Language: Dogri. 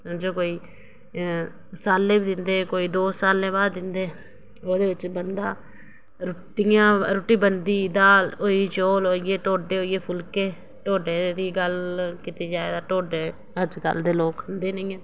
जां कोई सालै दिंदे कोई द'ऊं सालै बाद दिंदे ओह्दे बिच बंदा रुट्टी बनदी दाल होई चौल होइये ढोडे होइये फुल्के ढोडे दी गल्ल कीती जा तां ढोडे अज्जकल दे लोक खंदे निं हैन